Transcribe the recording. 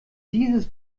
dieses